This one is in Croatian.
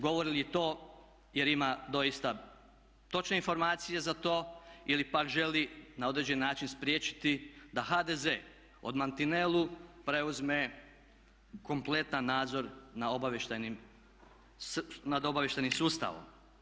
Govorili li to jer ima doista točne informacije za to ili pak želi na određeni način spriječiti da HDZ odmantinelu preuzme kompletan nadzor na obavještajnim, nad obavještajnim sustavom?